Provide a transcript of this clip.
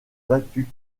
battu